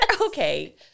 Okay